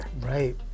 Right